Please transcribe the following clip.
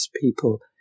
people